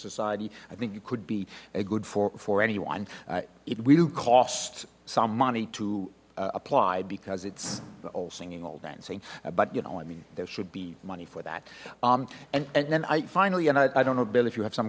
society i think you could be good for anyone it will cost some money to apply because it's all singing all dancing but you know i mean there should be money for that and and then i finally you know i don't know bill if you have some